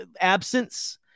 absence